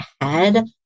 ahead